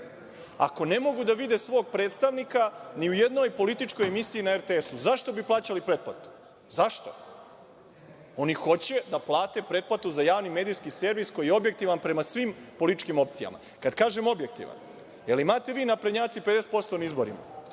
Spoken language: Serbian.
ako ne mogu da vide svog predstavnika ni u jednoj političkoj emisiji na RTS-u? Zašto bi plaćali pretplatu? Zašto? Oni hoće da plate pretplatu za javni medijski servis koji je objektivan prema svim političkim opcijama. Kad kažem objektivan, jel imate vi, naprednjaci, 50% na izborima?